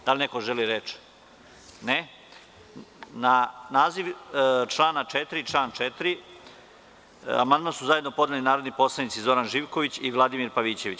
Da li neko želi reč? (Ne.) Na naziv člana 4. i član 4, amandman su zajedno podneli narodni poslanici Zoran Živković i Vladimir Pavićević.